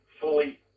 fully